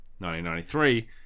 1993